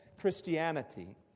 Christianity